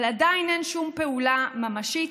אבל עדיין אין שום פעולה ממשית,